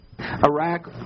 Iraq